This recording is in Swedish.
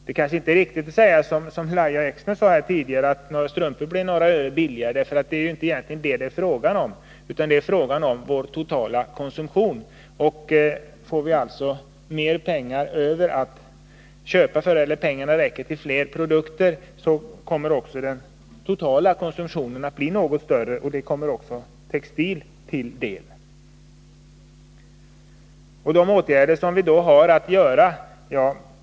Det kanske inte är riktigt att säga som Lahja Exner gjorde tidigare, att strumporna blir några ören billigare. Det är egentligen inte fråga om det utan om vår totala konsumtion. Får vi mer pengar över att köpa för så räcker ju pengarna till fler produkter — och därigenom kommer den totala konsumtionen att bli något större, vilket också kommer textilindustrin till del. De åtgärder vi har att vidta är flera.